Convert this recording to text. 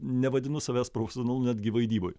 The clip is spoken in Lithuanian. nevadinu savęs profesionalu netgi vaidyboj